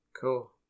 Cool